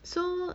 so